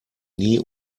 nie